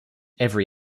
every